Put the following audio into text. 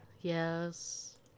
Yes